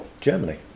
Germany